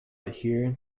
adhere